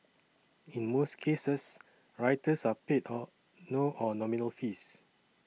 in most cases writers are paid or nominal fees